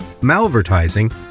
Malvertising